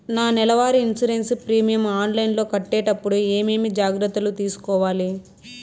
నా నెల వారి ఇన్సూరెన్సు ప్రీమియం ఆన్లైన్లో కట్టేటప్పుడు ఏమేమి జాగ్రత్త లు తీసుకోవాలి?